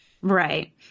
Right